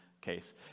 case